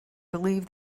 believe